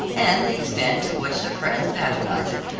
and the extent to which their friends patronize it,